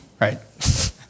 Right